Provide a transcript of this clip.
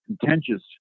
contentious